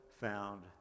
found